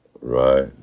Right